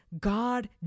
God